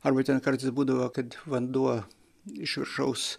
arba ten kartais būdavo kad vanduo iš viršaus